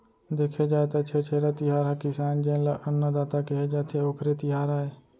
देखे जाए त छेरछेरा तिहार ह किसान जेन ल अन्नदाता केहे जाथे, ओखरे तिहार आय